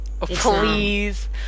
please